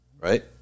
right